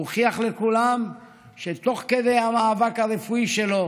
הוא הוכיח לכולם שתוך כדי המאבק הרפואי שלו